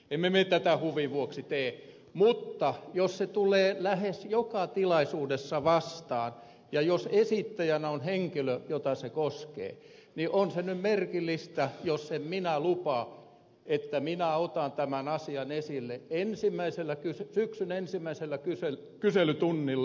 emme me tätä huvin vuoksi tee mutta jos se tulee lähes joka tilaisuudessa vastaan ja jos esittäjänä on henkilö jota se koskee niin on se nyt merkillistä jos en minä lupaa että minä otan tämän asian esille syksyn ensimmäisellä kyselytunnilla